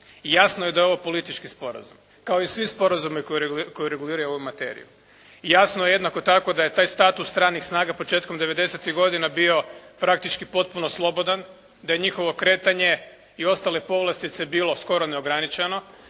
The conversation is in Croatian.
jasno je da je ovo politički sporazumi kao i svi sporazumi koji reguliraju ovu materiju. I jasno je jednako tako da je taj status stranih snaga početkom devedesetih godina bio praktički posebno slobodan, da je njihovo kretanje i ostale povlastice bilo skoro neograničeno,